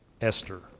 Esther